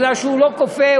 כי הוא לא כופה,